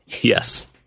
Yes